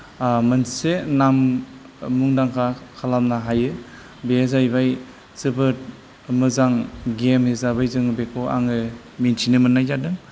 मोनसे नाम मुंदांखा खालामनो हायो बे जाहैबाय जोबोद मोजां गेम हिसाबै जोङो बेखौ आङो मिथिनो मोननाय जादों